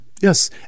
yes